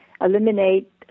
eliminate